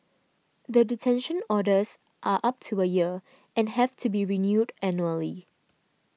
the detention orders are up to a year and have to be reviewed annually